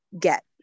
get